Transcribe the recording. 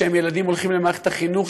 כשהם ילדים הם הולכים למערכת החינוך,